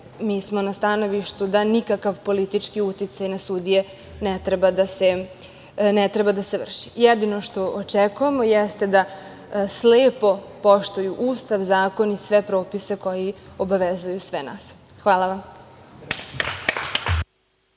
mi smo na stanovištu da nikakav politički uticaj na sudije ne treba da se vrši. Jedino što očekujemo jeste da slepo poštuju Ustav, zakon i sve propise koji obavezuju sve nas. Hvala vam.